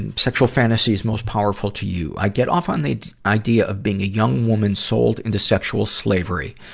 and sexual fantasies most powerful to you i get off on the idea of being a young woman sold into sexual slavery.